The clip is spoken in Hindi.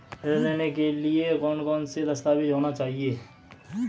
ऋण लेने के लिए कौन कौन से दस्तावेज होने चाहिए?